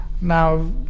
Now